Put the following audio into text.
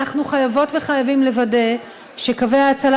אנחנו חייבות וחייבים לוודא שקווי ההצלה